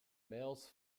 males